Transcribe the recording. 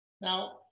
now